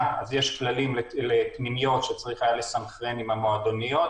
ויש כללים לגבי פנימיות שצריך היה לסנכרן עם המועדוניות